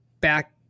back